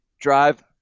Drive